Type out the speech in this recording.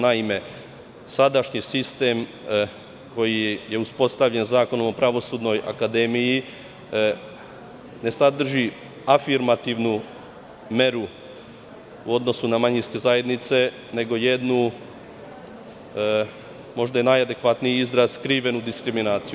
Naime, sadašnji sistem, koji je uspostavljen Zakonom o Pravosudnoj akademiji, ne sadrži afirmativnu meru u odnosu na manjinske zajednice, nego jednu, možda je najadekvatniji izraz, skrivenu diskriminaciju.